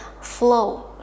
flow